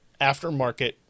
aftermarket